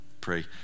pray